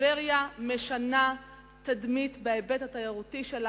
טבריה משנה תדמית בהיבט התיירותי שלה,